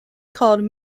called